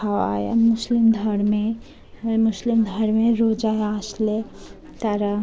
খাওয়ায় মুসলিম ধর্মে মুসলিম ধর্মে রোজায় আসলে তারা